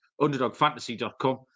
underdogfantasy.com